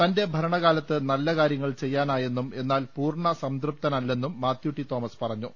തന്റെ ഭരണകാലത്ത് നല്ല കാര്യങ്ങൾ ചെയ്യാനായെന്നും എന്നാൽ പൂർണ്ണ സംതൃപ്തനല്ലെന്നും മാത്യു ടി തോമസ് പറഞ്ഞു